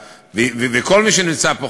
וכל מי שנמצא פה,